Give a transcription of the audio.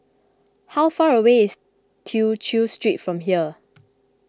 how far away is Tew Chew Street from here